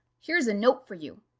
here's a note for you,